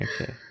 Okay